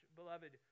beloved